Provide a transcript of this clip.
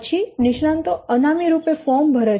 પછી નિષ્ણાંતો અનામી રૂપે ફોર્મ ભરે છે